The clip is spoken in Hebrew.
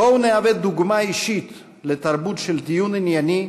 בואו נהווה דוגמה אישית לתרבות של דיון ענייני,